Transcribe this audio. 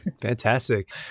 Fantastic